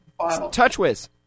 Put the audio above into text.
TouchWiz